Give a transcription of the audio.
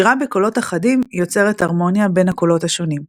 שירה בקולות אחדים יוצרת הרמוניה בין הקולות השונים.